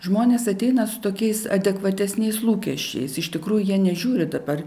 žmonės ateina su tokiais adekvatesniais lūkesčiais iš tikrųjų jie nežiūri dabar